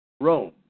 Rome